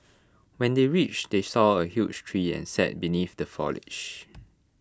when they reached they saw A huge tree and sat beneath the foliage